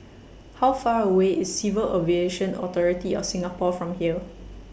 How Far away IS Civil Aviation Authority of Singapore from here